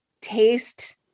taste